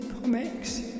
comics